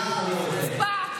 כולך סיסמאות.